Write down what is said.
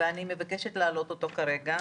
ואני מבקשת להעלות אותו כרגע.